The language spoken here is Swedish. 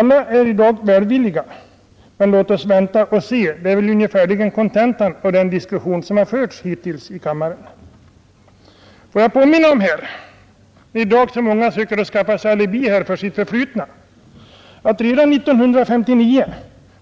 Alla är i dag välvilliga, men låt oss vänta och se — det är ungefärligen kontentan av den diskussion som förts här i kammaren. Får jag i dag när många söker skaffa sig alibi för sitt förflutna påminna om att redan 1959